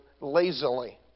lazily